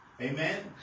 Amen